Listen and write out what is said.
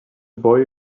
boy